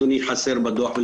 וחסר בדו"ח,